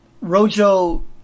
Rojo